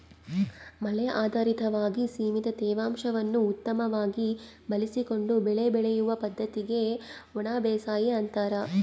ಮಳೆ ಆಧಾರಿತವಾಗಿ ಸೀಮಿತ ತೇವಾಂಶವನ್ನು ಉತ್ತಮವಾಗಿ ಬಳಸಿಕೊಂಡು ಬೆಳೆ ಬೆಳೆಯುವ ಪದ್ದತಿಗೆ ಒಣಬೇಸಾಯ ಅಂತಾರ